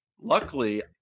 luckily